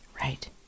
right